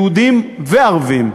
יהודים וערבים.